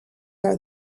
are